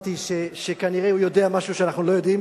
אמרתי שכנראה הוא יודע משהו שאנחנו לא יודעים.